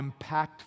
impactful